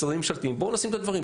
בואו נשים את הדברים,